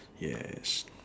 yes